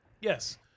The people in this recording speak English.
Yes